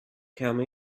come